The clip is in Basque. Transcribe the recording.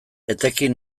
etekin